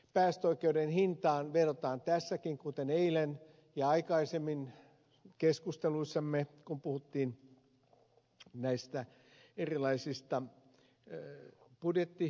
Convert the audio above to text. päästöoikeuden hintaan verrataan tässäkin kuten eilen ja aikaisemmin keskusteluissamme kun puhuttiin näistä erilaisista budjettikysymyksistä